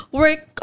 work